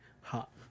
hot